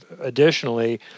additionally